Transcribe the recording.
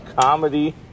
comedy